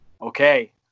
okay